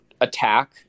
attack